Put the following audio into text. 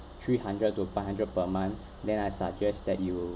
three hundred to five hundred per month then I suggest that you